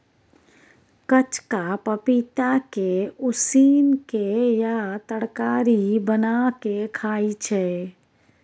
कचका पपीता के उसिन केँ या तरकारी बना केँ खाइ छै